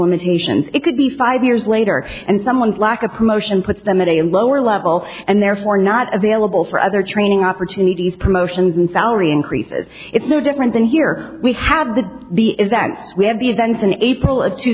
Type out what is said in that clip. limitations it could be five years later and someone's lack of promotion puts them at a lower level and therefore not available for other training opportunities promotions and salary increases it's no different than here we have the the is that we have the sense in april of two